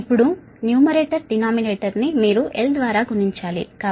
ఇప్పుడు numerator denominator ని మీరు l ద్వారా గుణించాలి కాబట్టి γlyl